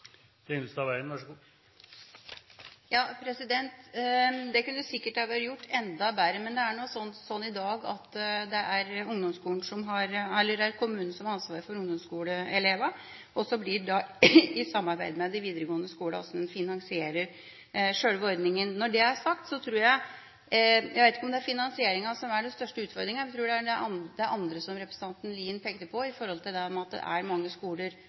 Ja, det kunne sikkert ha vært gjort enda bedre. Men det er slik i dag at det er kommunen som har ansvaret for ungdomsskoleelevene, og så blir det et samarbeid med de videregående skolene om hvordan en finansierer sjølve ordningen. Når det er sagt, tror jeg ikke at det er finansieringen som er den største utfordringen, jeg tror heller det er det andre som representanten Lien pekte på, i forhold til at det er ganske mange skoler